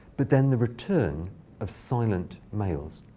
but then the return of silent males?